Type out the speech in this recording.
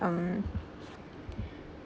um